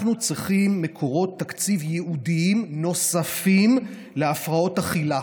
אנחנו צריכים מקורות תקציב ייעודיים נוספים להפרעות אכילה,